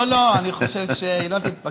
לא, לא, אני חושב שהיא לא תתפקע.